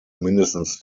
mindestens